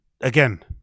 again